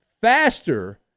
faster